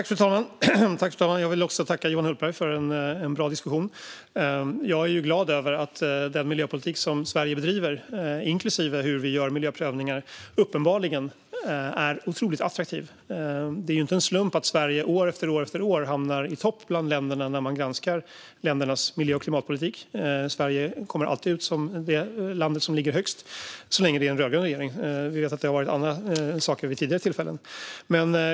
Fru talman! Jag vill tacka Johan Hultberg för en bra diskussion. Jag är glad över att den miljöpolitik som Sverige bedriver, inklusive hur vi gör miljöprövningar, uppenbarligen är otroligt attraktiv. Det är inte en slump att Sverige år efter år hamnar i topp bland länderna när man granskar deras miljö och klimatpolitik. Sverige kommer alltid ut som det land som ligger högst, så länge det är en rödgrön regering. Vi vet att det har varit annat vid tidigare tillfällen.